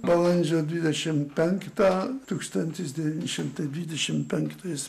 balandžio dvidešimt penktą tūkstantis devyni šimtai dvidešimt penktais